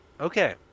okay